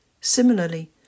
Similarly